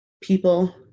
People